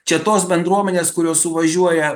čia tos bendruomenės kurios suvažiuoja